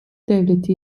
devleti